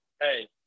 hey